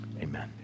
Amen